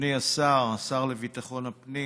אדוני השר, השר לביטחון הפנים,